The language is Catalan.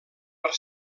per